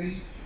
ya